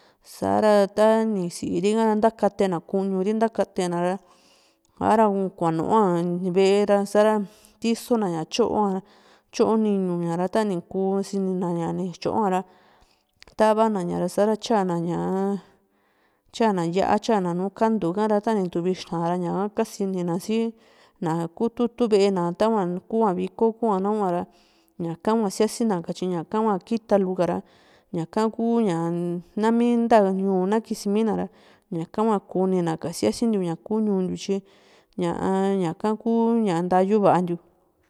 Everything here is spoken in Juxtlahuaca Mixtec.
saa´ra tani si´iri kara ntakate na kuñu ri ntakateena ra hará kuanua ve´e ra sa´ra tisona ña tyoa tyoo ni´ñuu ña ra tani ku nisinina ni tyoa ra tavana ña´ra tyana ña tyana yá´a tyana nu kantu ha´ra tani tuvi ixta ra ña´ha kasini na si na kututu ve´e tahua nkua viko kuara ñaka hua síasina ñaka hua kita luka ra ñaka ku´ña naami nta ñuu na kisimina ra ñaka hua kunina ka siasintiu kuu ñuu ntiu tyi ñaa ña´ka kuu ntayuu va´a ntiu